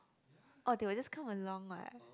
oh they would just come along what